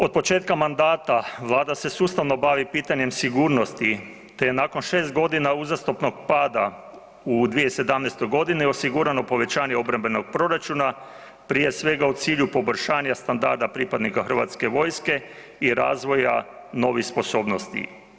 Od početka mandata Vlada se sustavno bavi pitanjem sigurnosti te je nakon šest godina uzastopnog pada, u 2017.-oj godini osigurano povećanje obrambenog proračuna, prije svega u cilju poboljšanja standarda pripadnika Hrvatske vojske i razvoja novih sposobnosti.